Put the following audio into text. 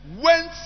went